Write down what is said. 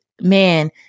man